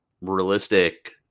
realistic